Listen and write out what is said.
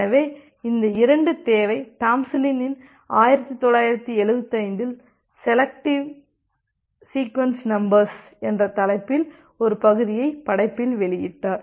எனவே இந்த 2 தேவையை டாம்லின்சன் 1975 இல் "செலக்டிங் சீக்வென்ஸ் நம்பர்ஸ்" என்ற தலைப்பில் ஒரு பகுதியை படைப்பில் வெளியிட்டார்